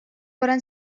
баран